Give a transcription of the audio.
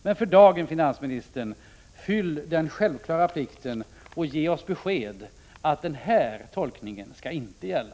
Men, för dagen, finansministern, fyll den självklara plikten och ge oss besked om att denna tolkning inte skall gälla!